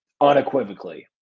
unequivocally